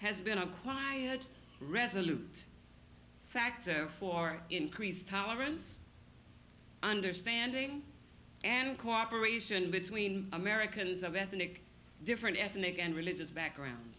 has been acquired resolute factor for increased tolerance understanding and cooperation between americans of ethnic different ethnic and religious background